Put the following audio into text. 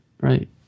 right